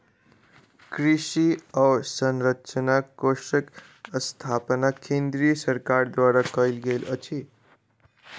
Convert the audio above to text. कृषि अवसंरचना कोषक स्थापना केंद्रीय सरकार द्वारा कयल गेल अछि